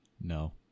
No